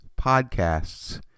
podcasts